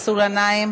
חבר הכנסת מסעוד גנאים